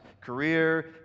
career